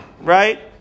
right